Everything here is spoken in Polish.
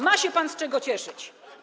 Ma się pan z czego cieszyć.